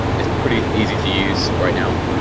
it's pretty easy to use right now,